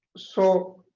so